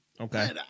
Okay